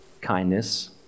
kindness